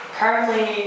currently